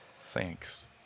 thanks